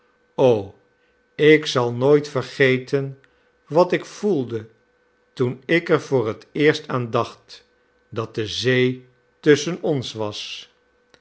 ik zal nooit vergeten wat ik voelde toen ik er voor het eerst aan dacht dat de zee tusschen ons was